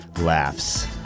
laughs